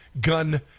gun